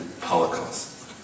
Holocaust